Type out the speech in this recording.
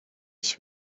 ich